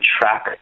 track